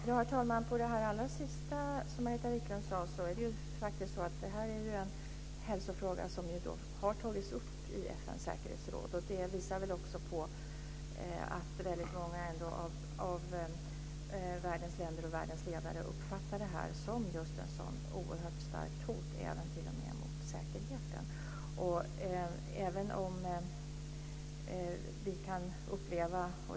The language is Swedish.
Herr talman! När det gäller det sista som Margareta Viklund sade har denna hälsofråga tagits upp i FN:s säkerhetsråd. Det visar också på att väldigt många av världens länder och världens ledare uppfattar det som ett oerhört starkt hot även mot säkerheten.